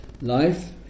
life